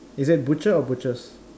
is it a butcher or butchers